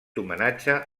homenatge